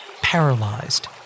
paralyzed